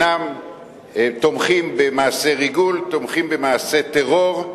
תומכים במעשי ריגול, תומכים במעשי טרור,